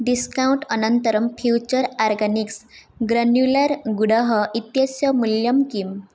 discount अनन्तरं future organics granular गुडः इत्यस्य मूल्यं किम्